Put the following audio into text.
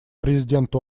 президент